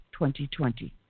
2020